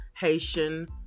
Haitian